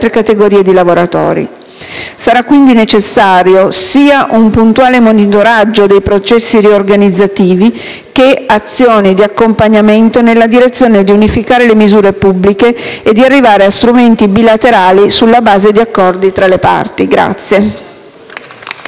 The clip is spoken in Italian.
categorie di lavoratori. Saranno quindi necessari sia un puntuale monitoraggio dei processi riorganizzativi che azioni di accompagnamento nella direzione di unificare le misure pubbliche e di arrivare a strumenti bilaterali sulla base di accordi tra le parti.